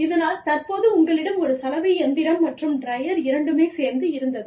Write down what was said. இதனால் தற்போது உங்களிடம் ஒரு சலவை இயந்திரம் மற்றும் டிரையர் இரண்டுமே சேர்த்து இருந்தது